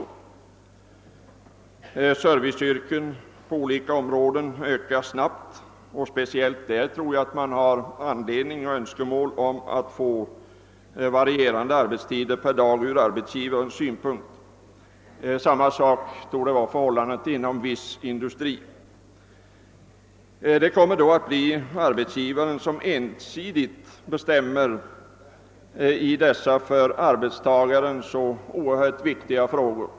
Antalet serviceyrken på olika områden ökar snabbt, och speciellt där tror jag att arbetsgivarna har önskemål om varierande arbetstider per dag. Detsamma torde förhållandet vara inom viss industri. Det kommer då att bli arbetsgivaren som ensidigt bestämmer i dessa för arbetstagaren så oerhört viktiga frågor.